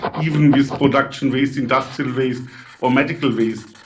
even with production waste, industrial waste or medical waste.